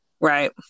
Right